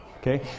Okay